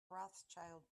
rothschild